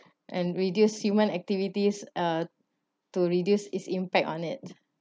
and reduce human activities uh to reduce its impact on it